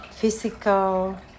physical